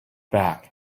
back